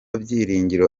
byiringiro